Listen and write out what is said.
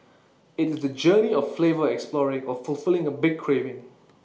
IT is the journey of flavor exploring or fulfilling A big craving